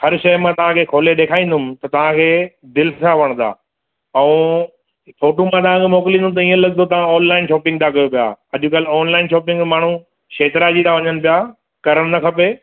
हर शइ मां तव्हां खे खोले ॾेखारींदुमि त तव्हां खे दिलि सां वणंदा ऐं फोटू मां तव्हां खे मोकिलींदुमि त ईअं लॻंदो तव्हां ऑनलाइन शॉपींग था कयोअ पिया अॼुकल्ह ऑनलाइन शॉपिंग में माण्हूं शेखराएजी था वञनि पिया करणु न खपे